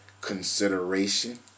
consideration